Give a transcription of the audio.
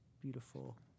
beautiful